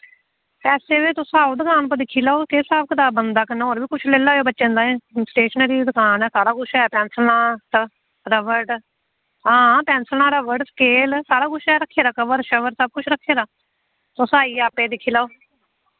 पैसे ते तुस आओ दुकान पर दिक्खी लैओ केह् स्हाब कताब बनदा कन्नै होर बी कुछ ले लैयो बच्चें ताईं स्टेशनरी दी दबकान ऐ सारा कुछ ऐ पैंसलां स रवड़ हां पैंसलां रबड़ स्केल सारा कुछ ऐ रक्खे दा कवर शवर सब कुछ रक्खे दा तुस आइयै आपें दिक्खी लैओ